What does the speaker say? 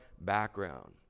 background